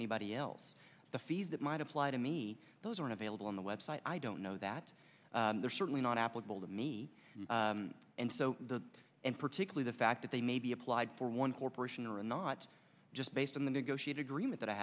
anybody else fees that might apply to me those aren't available on the website i don't know that they're certainly not applicable to me and so the and particularly the fact that they may be applied for one corporation or and not just based on the negotiated agreement that i